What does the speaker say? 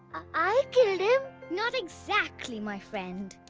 i killed him not exactly, my friend.